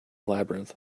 labyrinth